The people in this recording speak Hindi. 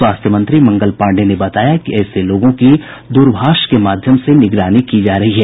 स्वास्थ्य मंत्री मंगल पांडेय ने बताया कि ऐसे लोगों की दूरभाष के माध्यम से निगरानी की जा रही है